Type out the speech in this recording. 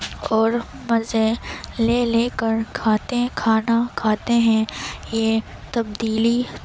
اور مزے لے لے کر کھاتے ہیں کھانا کھاتے ہیں یہ تبدیلی